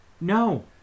No